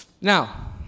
Now